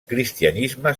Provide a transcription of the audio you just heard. cristianisme